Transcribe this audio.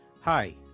Hi